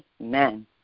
Amen